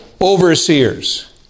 overseers